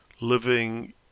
living